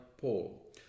Paul